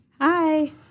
Hi